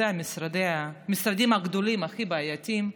אלה המשרדים הגדולים הכי בעייתיים,